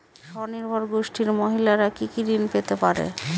স্বনির্ভর গোষ্ঠীর মহিলারা কি কি ঋণ পেতে পারে?